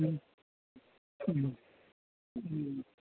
ಹ್ಞೂ ಹ್ಞೂ ಹ್ಞೂ